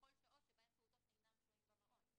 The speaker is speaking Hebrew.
בכל השעות שהפעוטות אינם שוהים במעון.